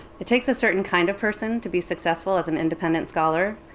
it takes a certain kind of person to be successful as an independent scholar,